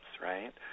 right